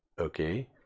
Okay